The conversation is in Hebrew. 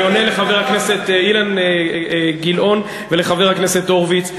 אני עונה לחבר הכנסת אילן גילאון ולחבר הכנסת הורוביץ.